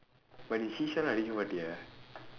but நீ:nii sheeshah எல்லாம் அடிக்க மாட்டியே:adikka maatdiyee